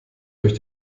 durch